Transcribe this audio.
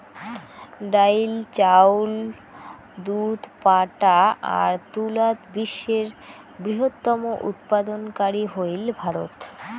ডাইল, চাউল, দুধ, পাটা আর তুলাত বিশ্বের বৃহত্তম উৎপাদনকারী হইল ভারত